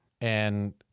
and-